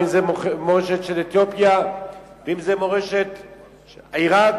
אם מורשת אתיופיה ואם מורשת עירק,